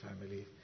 family